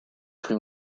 plus